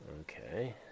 Okay